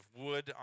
wood